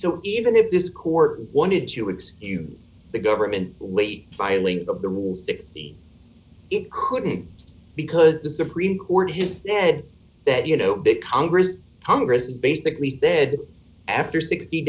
so even if this court wanted to reduce the government's late filing of the rules sixty it couldn't because the supreme court his dad that you know big congress congress has basically said after sixty